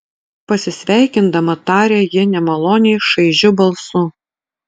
pasisveikindama tarė ji nemaloniai šaižiu balsu